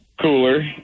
cooler